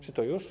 Czy to już?